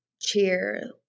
cheer